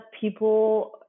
people